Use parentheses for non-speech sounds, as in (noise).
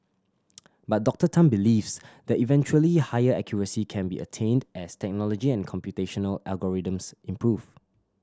(noise) but Doctor Tan believes that eventually higher accuracy can be attained as technology and computational algorithms improve